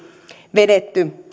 vedetty